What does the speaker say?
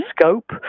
scope